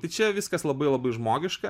tai čia viskas labai labai žmogiška